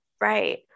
right